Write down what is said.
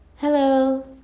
hello